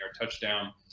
touchdown